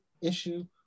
issue